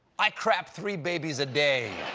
i crap three babies a day.